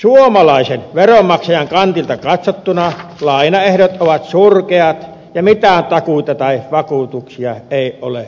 suomalaisen veronmaksajan kantilta katsottuna lainaehdot ovat surkeat ja mitään takuita tai vakuuksia ei ole eikä tule